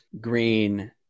green